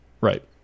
Right